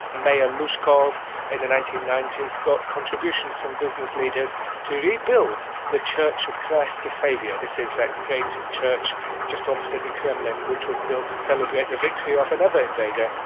mayor lushkov in the nineteen ninety s got contributions from business leaders to rebuild the church of christ the saviour this is that great church just opposite the kremlin, which was built to celebrate the victory of another invader,